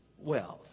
wealth